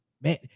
man